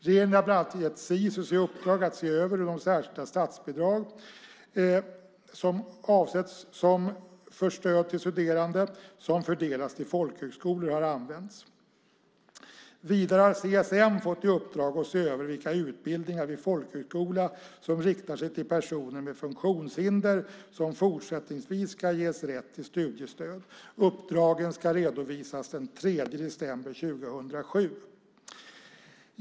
Regeringen har bland annat gett Sisus i uppdrag att se över hur de särskilda statsbidrag, avsedda för stöd till studerande med funktionshinder, som fördelas till folkhögskolor används. Vidare har CSN fått i uppdrag att se över vilka utbildningar vid folkhögskola som riktar sig till personer med funktionshinder som fortsättningsvis ska ge rätt till studiestöd. Uppdragen ska redovisas den 3 december 2007.